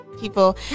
people